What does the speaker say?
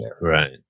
right